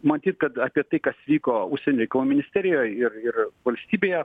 matyt kad apie tai kas vyko užsienio reikalų ministerijoj ir ir valstybėje